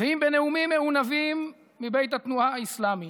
ואם בנאומים מעונבים מבית התנועה האסלאמית,